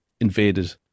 invaded